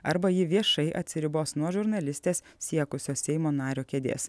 arba ji viešai atsiribos nuo žurnalistės siekusios seimo nario kėdės